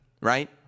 right